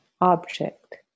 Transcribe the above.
object